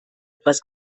etwas